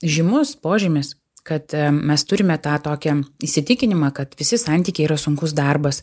žymus požymis kad mes turime tą tokį įsitikinimą kad visi santykiai yra sunkus darbas